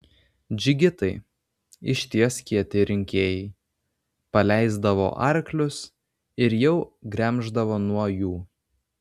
džigitai iš ties kieti rinkėjai paleisdavo arklius ir jau gremždavo nuo jų